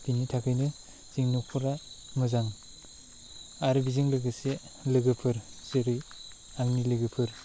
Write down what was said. बिनि थाखायनो जोंनि न'खरा मोजां आरो बेजों लोगोसे लोगोफोर जेरै आंनि लोगोफोर